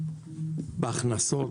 בהכנסות?